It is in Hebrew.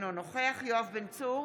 אינו נוכח יואב בן צור,